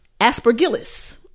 Aspergillus